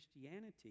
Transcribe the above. christianity